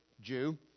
Jew